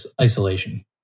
isolation